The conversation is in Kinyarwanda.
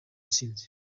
intsinzi